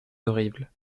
horrible